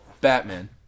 Batman